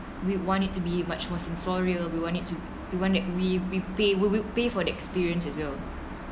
we want it to be much more sensorial we want it to we want it we we pay we we pay for the experience as well